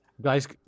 Guys